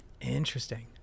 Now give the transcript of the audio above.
Interesting